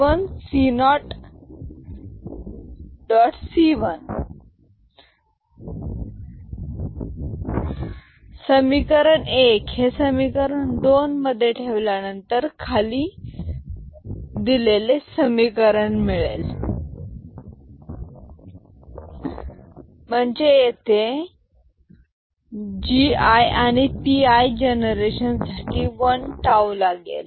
C1 समीकरण एक हे समीकरण दोन मध्ये ठेवल्यानंतर खाली डिले ले समीकरण मिळतील C1 G1 P1G0 P0C 1 C1 G1 P1G0 P1P0C 1 म्हणजे येथे जी आय आणि पीआय जनरेशन साठी वन टाऊ लागेल